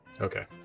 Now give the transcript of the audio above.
Okay